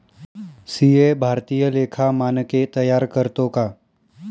CA भारतीय लेखा मानके तयार करतो का